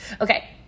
Okay